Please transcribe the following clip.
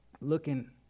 looking